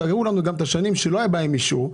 תראו לנו גם את השנים שלא היה בהם אישור,